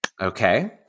Okay